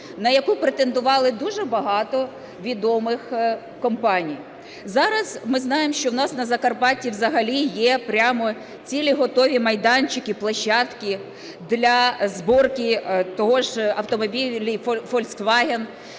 на яку претендувало дуже багато відомих компаній. Зараз ми знаємо, що у нас на Закарпатті взагалі є прямо цілі готові майданчики, площадки для зборки того ж автомобіля Volkswagen,